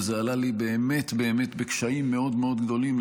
וזה עלה לי באמת באמת בקשיים מאוד מאוד גדולים,